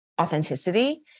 authenticity